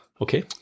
Okay